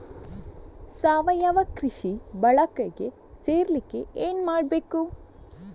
ಸಾವಯವ ಕೃಷಿ ಬಳಗಕ್ಕೆ ಸೇರ್ಲಿಕ್ಕೆ ಏನು ಮಾಡ್ಬೇಕು?